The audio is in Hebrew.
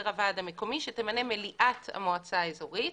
הוועד המקומי שתמנה מליאת המועצה האזורית.